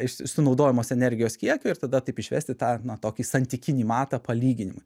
iš sunaudojamos energijos kiekio ir tada taip išvesti tą na tokį santykinį matą palyginimui